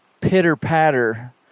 pitter-patter